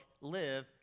live